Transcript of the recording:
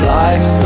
life